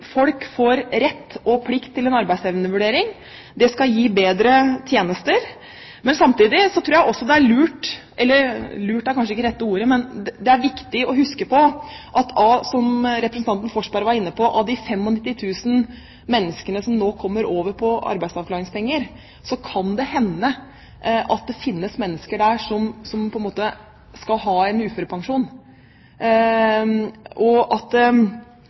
Folk får rett og plikt til en arbeidsevnevurdering. Det skal gi bedre tjenester, men samtidig tror jeg også det er lurt – «lurt» er kanskje ikke det rette ordet, men det er viktig å huske på, som representanten Forsberg var inne på, at blant de 95 000 menneskene som nå kommer over på arbeidsavklaringspenger, kan det hende at det finnes mennesker som skal ha en uførepensjon.